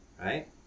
right